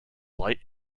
light